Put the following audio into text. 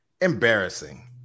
embarrassing